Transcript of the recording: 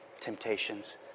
temptations